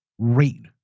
Rate